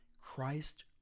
Christ